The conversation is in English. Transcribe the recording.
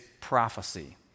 prophecy